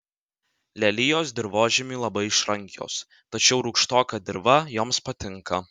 lelijos dirvožemiui labai išrankios tačiau rūgštoka dirva joms patinka